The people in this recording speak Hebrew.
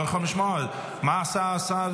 אנחנו לא יכולים לשמוע מה עשה השר